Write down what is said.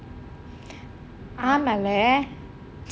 ஆமாம்ல:aamaala